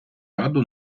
раду